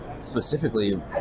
specifically